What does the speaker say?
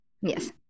Yes